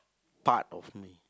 part of me